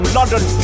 London